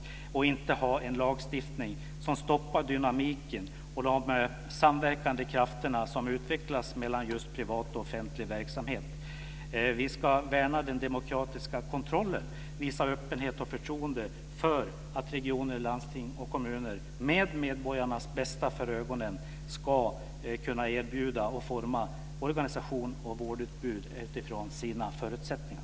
Vi ska inte ha en lagstiftning som stoppar dynamiken och de samverkande krafter som utvecklas mellan privat och offentlig verksamhet. Vi ska värna den demokratiska kontrollen, visa öppenhet och förtroende för att regioner, landsting och kommuner, med medborgarnas bästa för ögonen, ska kunna erbjuda och forma organisation och vårdutbud utifrån sina förutsättningar.